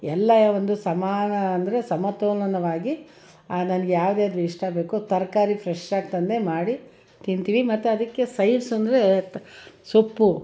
ಎಲ್ಲ ಒಂದು ಸಮಾನ ಅಂದರೆ ಸಮತೋಲನವಾಗಿ ನಂಗೆ ಯಾವ್ದ್ಯಾವ್ದು ಇಷ್ಟ ಬೇಕು ತರಕಾರಿ ಫ್ರೆಶ್ಶಾಗಿ ತಂದೆ ಮಾಡಿ ತಿಂತೀವಿ ಮತ್ತು ಅದಕ್ಕೆ ಸೈಡ್ಸ್ ಅಂದರೆ ತ ಸೊಪ್ಪು